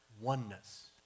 oneness